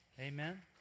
Amen